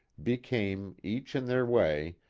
became, each in their way,